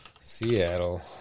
Seattle